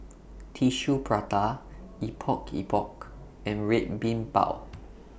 Tissue Prata Epok Epok and Red Bean Bao